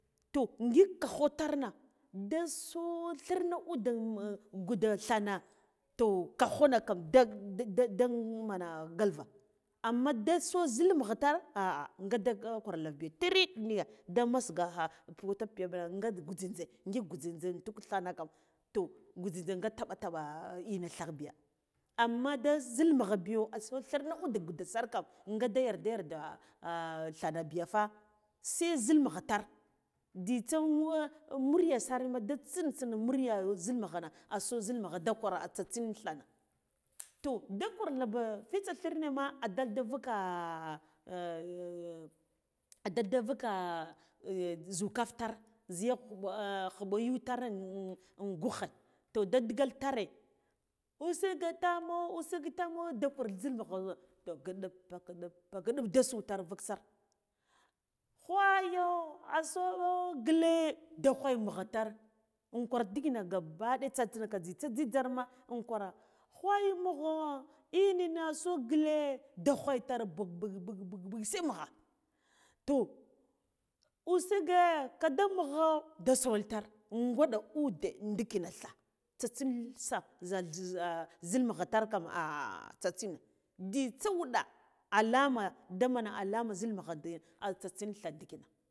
Toh ngik kakho tir na da suo thima ude ngude thana toh kakho nakam uda de damana ngalva amma da so zil mugha tar a ah ngada gwar gwar lava biya tinɗ niyi da masgakha wata piya piya nga gulzinjze ngik gujzinjze untuk thana kan toh gujzinjze ga taɓa taɓa ina tha gbiya amma da zil mugha biyo ao thirna ude gud ser kam agangada yarda yarda thana biya fa se zil mugha tar jzitsa murya sar ma da tsintsina murya zil mugha na aso zil mugha agwar a tsitsin thana toh da gwar lava fatsa thinema adalda vuka adalda vuka su kaf tar ziya khuba yuwr tare in gughe toh da digal tare usufe tamo usuge tawo da gwar zil mugha pukaɗib kaɗib pukaɗib dago tar invuk sir ghwayo aso ngile da ghwaya mugha tar ingwar ndikina gabba ɗiya tsantsinka jzitsa jzilzarma ungwara ghwaya mugh lnina aso ngile da ghwiya tar bug bug bug bug se mugha to usuge kada mugha da sawal tar ngwaɗa ude ndikina tha tsa tsin sa za za zil mugha tar kam ah tsatsin jzitsa wuɗa alama daman alama zil mugha de ah tsatsin thaɗndikina.